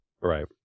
right